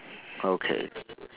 okay